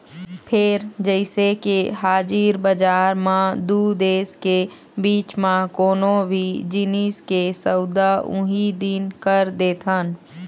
फेर जइसे के हाजिर बजार म दू देश के बीच म कोनो भी जिनिस के सौदा उहीं दिन कर देथन